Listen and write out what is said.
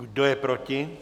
Kdo je proti?